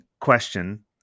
question